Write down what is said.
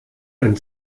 ein